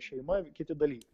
šeima ir kiti dalykai